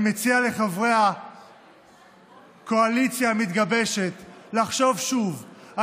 אני מציע לחברי הקואליציה המתגבשת לחשוב שוב,